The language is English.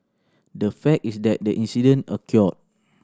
the fact is that the incident occurred